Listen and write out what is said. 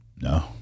No